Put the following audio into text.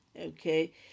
okay